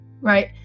Right